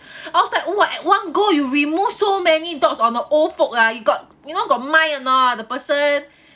I was like !wah! at one go you remove so many dots on the old folk ah you got you know got mind or not the person